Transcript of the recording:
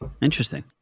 Interesting